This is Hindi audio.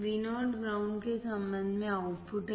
VO ग्राउंड के संबंध में आउटपुट है